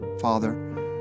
Father